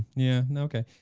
yeah, and okay,